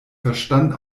verstand